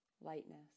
lightness